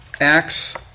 Acts